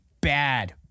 bad